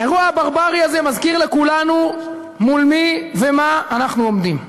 האירוע הברברי הזה מזכיר לכולנו מול מי ומה אנחנו עומדים.